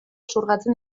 xurgatzen